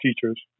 teachers